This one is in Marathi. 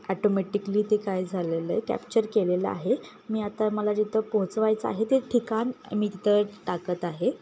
ऑटोमॅटिकली ते काय झालेलं आहे कॅप्चर केलेलं आहे मी आता मला जिथं पोहोचवायचं आहे ते ठिकाण मी तिथं टाकत आहे